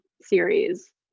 series